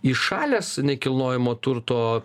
įšalęs nekilnojamo turto